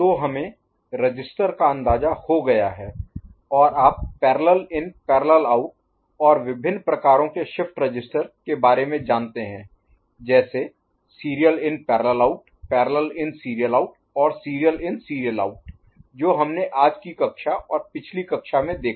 तो हमें रजिस्टर का अंदाजा हो गया है और आप पैरेलल इन पैरेलल आउट और विभिन्न प्रकारों के शिफ्ट रजिस्टर के बारे में जानते हैं जैसे SIPO PISO और SISO जो हमने आज की कक्षा और पिछली कक्षा में देखा